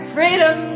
Freedom